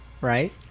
right